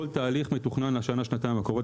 כל תהליך מתוכנן לשנה-שנתיים הקרובות